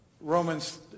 Romans